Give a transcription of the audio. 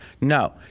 No